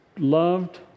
loved